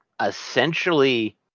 essentially